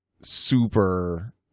super